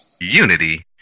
unity